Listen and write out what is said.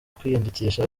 kwiyandikisha